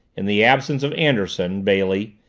in the absence of anderson, bailey,